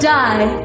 die